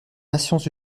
nations